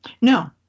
No